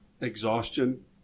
exhaustion